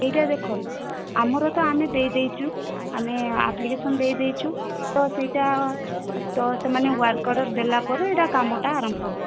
ଏହିଟା ଦେଖନ୍ତୁ ଆମର ତ ଆମେ ଦେଇ ଦେଇଛୁ ଆମେ ଆପ୍ଲିକେସନ ଦେଇ ଦେଇଛୁ ତ ସେହିଟା ତ ସେମାନେ ୱାର୍କ ଅର୍ଡ଼ର ଦେଲାପରେ ଏହିଟା କାମଟା ଆରମ୍ଭ ହେବ